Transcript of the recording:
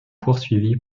poursuivi